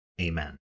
Amen